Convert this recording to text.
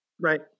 Right